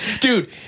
Dude